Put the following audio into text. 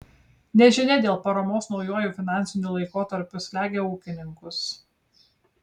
nežinia dėl paramos naujuoju finansiniu laikotarpiu slegia ūkininkus